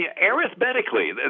arithmetically